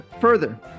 further